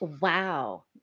Wow